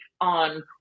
on